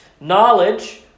Knowledge